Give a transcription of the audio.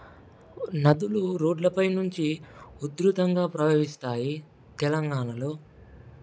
నదులు రోడ్లపై నుంచి ఉధృతంగా ప్రవహిస్తాయి తెలంగాణలో